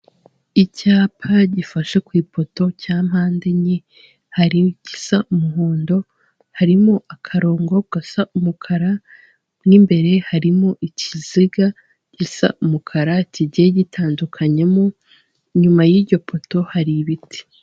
Icyapa gifashe ku ipoto cya mpande enye, hari igisa umuhondo, harimo akarongo gasa umukara, mo imbere harimo ikiziga gisa umukara, kigiye gitandukanyemo, inyuma y'iryo poto hari ibiti.